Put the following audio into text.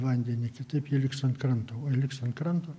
vandenį kitaip jie liks ant kranto o jei liks ant kranto